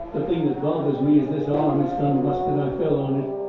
the thing that bothers me is this arm. it's done busted. i fell on it.